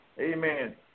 Amen